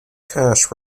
cash